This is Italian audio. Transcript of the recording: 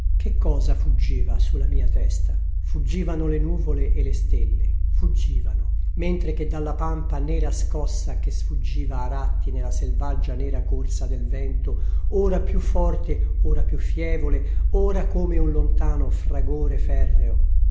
che cosa fuggiva sulla mia testa fuggivano le nuvole e le stelle fuggivano mentre che dalla pampa nera scossa che sfuggiva a tratti nella selvaggia nera corsa del vento ora più forte ora più fievole ora come un lontano fragore ferreo